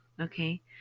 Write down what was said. Okay